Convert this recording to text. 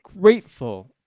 grateful